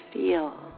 Feel